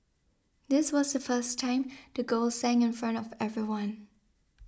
this was the first time the girl sang in front of everyone